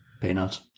Peanuts